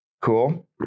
Cool